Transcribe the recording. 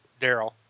Daryl